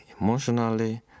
emotionally